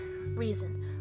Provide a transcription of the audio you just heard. reason